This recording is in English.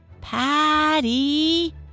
Patty